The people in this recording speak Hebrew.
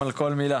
חותם על כל מילה.